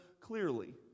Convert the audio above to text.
clearly